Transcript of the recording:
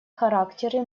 характеры